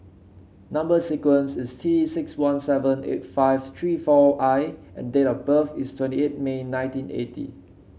number sequence is T six one seven eight five three four I and date of birth is twenty eight May nineteen eighty